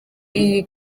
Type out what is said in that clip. iyi